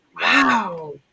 Wow